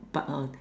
but uh